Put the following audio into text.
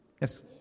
Yes